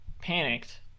panicked